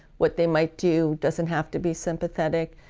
what they might do doesn't have to be sympathetic,